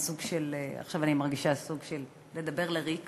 עכשיו אני מרגישה סוג של לדבר לריק